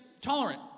tolerant